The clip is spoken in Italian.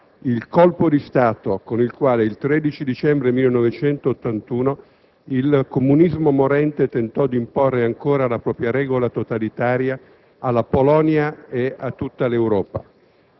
il colpo di Stato con il quale, il 13 dicembre 1981, il comunismo morente tentò di imporre ancora la propria regola totalitaria alla Polonia e a tutta l'Europa.